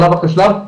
שלב אחרי שלב,